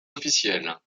officielles